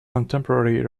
contemporary